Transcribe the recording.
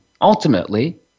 ultimately